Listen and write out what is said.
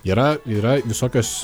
yra yra visokios